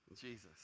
Jesus